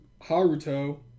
Haruto